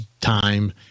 time